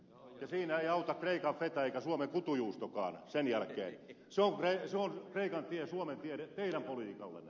siinä ei auta kreikan feta eikä suomen kutunjuustokaan sen jälkeen se on kreikan tie suomen tie teidän politiikallanne